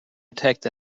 attacked